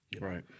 Right